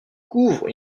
couvre